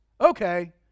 Okay